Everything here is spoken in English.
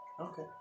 Okay